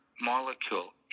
molecule